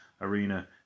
Arena